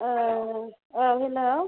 औ औ हेलौ